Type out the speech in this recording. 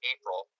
April